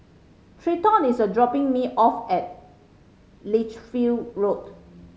Treyton is dropping me off at Lichfield Road